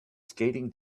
skating